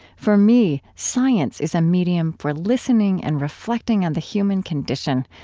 for me, science is a medium for listening and reflecting on the human condition,